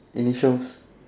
initials